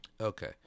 Okay